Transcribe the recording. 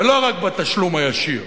ולא רק בתשלום הישיר,